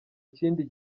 kindi